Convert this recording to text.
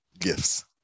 gifts